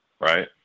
right